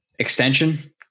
Extension